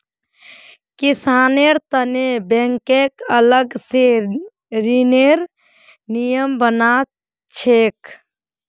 किसानेर तने बैंकक अलग स ऋनेर नियम बना छेक